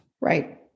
Right